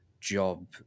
job